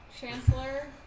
Chancellor